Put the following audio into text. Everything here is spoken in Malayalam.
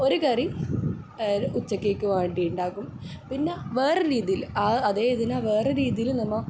ഒര് കറി ഉച്ചക്കേക്ക് വേണ്ടി ഉണ്ടാക്കും പിന്നെ വേറൊര് രീതിയില് ആ അതേ ഇതിനെ വേറൊര് രീതിയില് നമ്മ